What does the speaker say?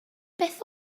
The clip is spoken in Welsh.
beth